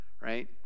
right